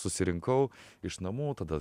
susirinkau iš namų tada